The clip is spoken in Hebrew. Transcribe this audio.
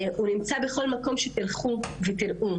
הוא נמצא בכל מקום שתלכו ותראו,